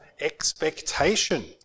expectation